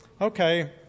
Okay